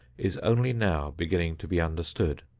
is only now beginning to be understood.